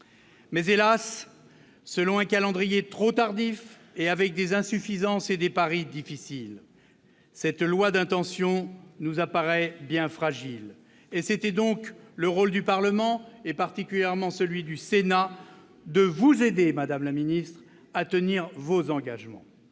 Mais hélas, selon un calendrier trop tardif et avec des insuffisances et des paris difficiles, cette loi « d'intention » nous apparaît comme bien fragile. C'était donc le rôle du Parlement, particulièrement celui du Sénat, de vous aider, madame la ministre, à tenir vos engagements.